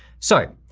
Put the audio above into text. so,